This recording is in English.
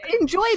enjoy